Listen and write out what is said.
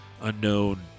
unknown